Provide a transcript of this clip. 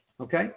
Okay